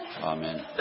Amen